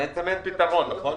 אדוני ראש הממשלה,